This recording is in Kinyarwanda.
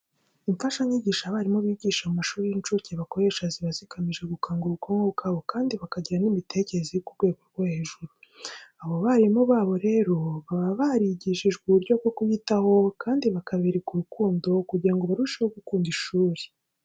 Imfashanyigisho abarimu bigisha mu mashuri y'inshuke bakoresha ziba zigamije gukangura ubwonko bwabo kandi bakagira n'imitekerereze iri ku rwego rwo hejuru. Aba barimu babo rero baba barigishijwe uburyo bwo kubitaho kandi bakabereka urukundo kugira ngo barusheho gukunda ishuri.